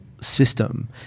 System